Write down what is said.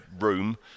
room